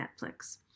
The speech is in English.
Netflix